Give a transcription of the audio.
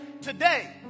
Today